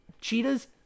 cheetahs